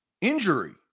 Injury